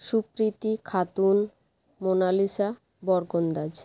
Supriti Khatun Monalisa Barkandaz